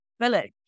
village